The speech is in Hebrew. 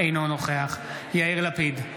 אינו נוכח יאיר לפיד,